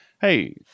Hey